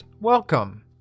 welcome